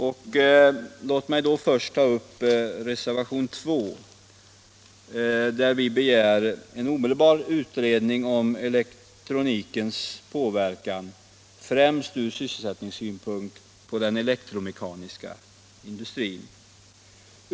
Jag vill först ta upp reservationen 2 där vi begär en omedelbar utredning om elektronikens påverkan, främst ur sysselsättningssynpunkt, på den elektromekaniska industrin.